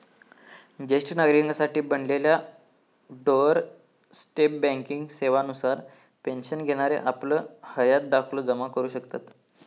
ज्येष्ठ नागरिकांसाठी बनलेल्या डोअर स्टेप बँकिंग सेवा नुसार पेन्शन घेणारे आपलं हयात दाखलो जमा करू शकतत